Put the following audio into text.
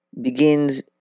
begins